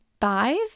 five